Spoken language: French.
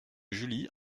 julie